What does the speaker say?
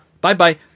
Bye-bye